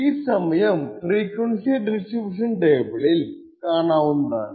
ഈ സമയം frequency distribution ടേബിളിൽ കാണാവുന്നതാണ്